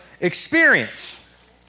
experience